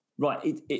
Right